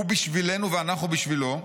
הוא בשבילנו ואנחנו בשבילו,